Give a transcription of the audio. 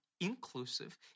inclusive